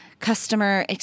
customer